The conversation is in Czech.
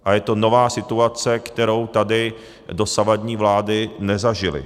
A je to nová situace, kterou tady dosavadní vlády nezažily.